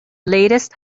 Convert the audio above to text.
latest